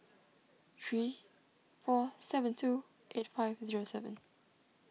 three four seven two eight five zero seven